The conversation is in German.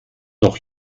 noch